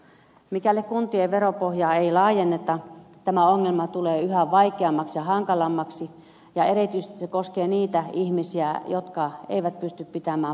mikäli kuntien veropohjaa ei laajenneta tämä ongelma tulee yhä vaikeammaksi ja hankalammaksi ja erityisesti se koskee niitä ihmisiä jotka eivät pysty pitämään puoliaan